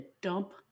dump